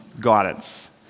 guidance